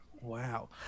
Wow